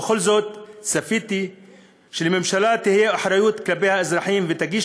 בכל זאת ציפיתי שלממשלה תהיה אחריות כלפי האזרחים והיא תגיש